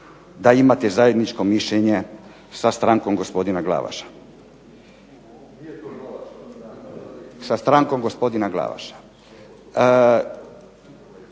da imate zajedničko mišljenje sa strankom gospodina Glavaša. … /Upadica: Nije to Glavaševa